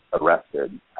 arrested